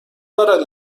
دارد